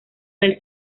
del